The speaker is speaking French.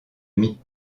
mie